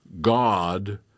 God